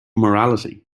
morality